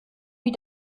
wie